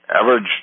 average